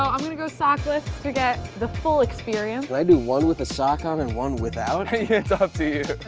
i'm gonna go sock less. to get the full experience. can i do one with the sock on and one without? it's up to you.